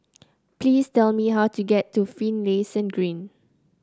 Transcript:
please tell me how to get to Finlayson Green